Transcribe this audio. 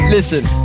Listen